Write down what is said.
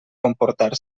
comportar